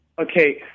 Okay